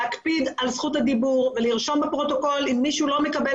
להקפיד על זכות הדיבור ולרשום בפרוטוקול אם מישהו לא מקבל